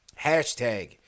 hashtag